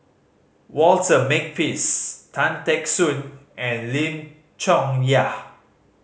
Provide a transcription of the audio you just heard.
Walter Makepeace Tan Teck Soon and Lim Chong Yah